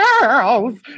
girls